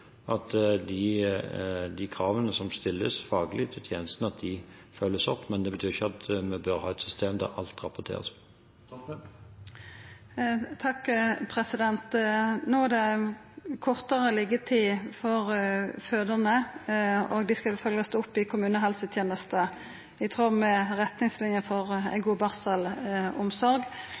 grunn at de kravene som stilles faglig til tjenestene, følges opp, men det betyr ikke at vi må ha et system der alt rapporteres. No er det kortare liggjetid for fødande, og dei skal følgjast opp i kommunehelsetenesta, i tråd med retningslinjene for god barselomsorg.